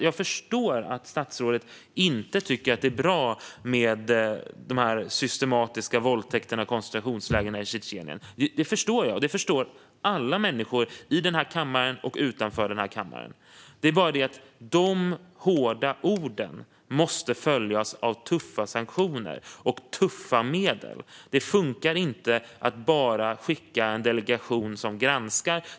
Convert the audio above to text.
Jag förstår att statsrådet inte tycker att det är bra med de systematiska våldtäkterna och koncentrationslägren i Tjetjenien. Det förstår alla människor i och utanför den här kammaren. Det är bara det att de hårda orden måste följas av tuffa sanktioner och tuffa medel. Det funkar inte att bara skicka en delegation som granskar.